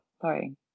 sorry